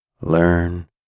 learn